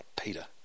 Peter